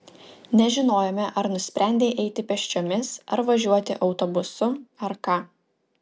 nežinojome ar nusprendei eiti pėsčiomis ar važiuoti autobusu ar ką